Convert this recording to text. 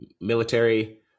military